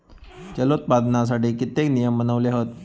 जलोत्पादनासाठी कित्येक नियम बनवले हत